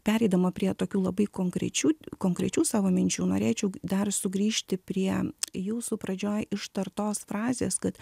pereidama prie tokių labai konkrečių konkrečių savo minčių norėčiau dar sugrįžti prie jūsų pradžioj ištartos frazės kad